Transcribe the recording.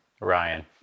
Ryan